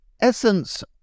essence